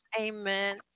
Amen